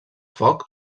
foc